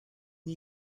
une